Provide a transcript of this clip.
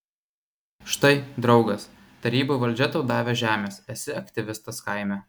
štai draugas tarybų valdžia tau davė žemės esi aktyvistas kaime